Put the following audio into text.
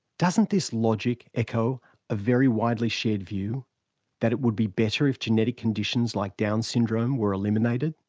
doesn't this logic echo a very widely shared view that it would be better if genetic conditions like down syndrome were eliminated?